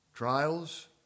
trials